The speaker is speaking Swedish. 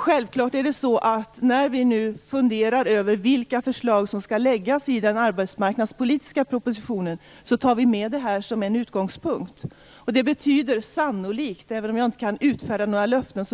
Självfallet finns detta med som en utgångspunkt i funderingarna över vilka förslag som skall läggas fram i den arbetsmarknadspolitiska propositionen. Det betyder sannolikt - jag kan inte utfärda några löften